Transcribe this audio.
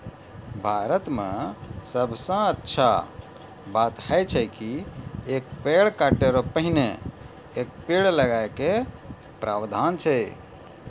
भारत मॅ सबसॅ अच्छा बात है छै कि एक पेड़ काटै के पहिने एक पेड़ लगाय के प्रावधान छै